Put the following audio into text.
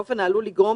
באופן העלול לגרום